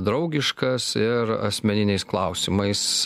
draugiškas ir asmeniniais klausimais